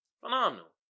Phenomenal